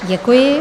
Děkuji.